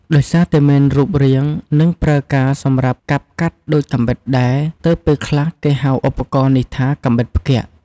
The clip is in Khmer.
ដោយសារតែមានរូបរាង និងប្រើការសម្រាប់កាប់កាត់ដូចកាំបិតដែរ ទើបពេលខ្លះគេហៅឧបករណ៍នេះថា "កាំបិតផ្គាក់" ។